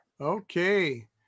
Okay